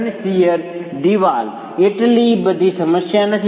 ઘન શીયર દિવાલ એટલી બધી સમસ્યા નથી